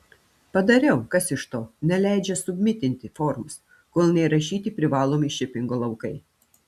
padariau kas iš to neleidžia submitinti formos kol neįrašyti privalomi šipingo laukai